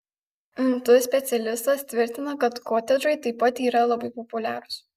nt specialistas tvirtina kad kotedžai taip pat yra labai populiarūs